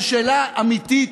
זו שאלה אמיתית,